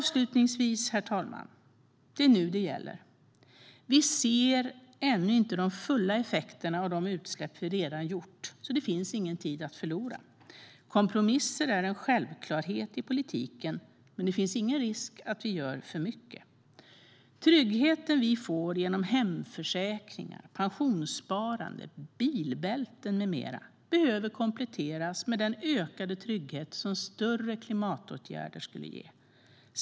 Avslutningsvis: Det är nu det gäller. Vi ser ännu inte de fulla effekterna av de utsläpp som vi redan gjort, så det finns ingen tid att förlora. Kompromisser är en självklarhet i politiken, men det finns ingen risk att vi gör för mycket. Tryggheten vi får genom hemförsäkringar, pensionssparande, bilbälten med mera behöver kompletteras med den ökade trygghet som större klimatåtgärder skulle ge.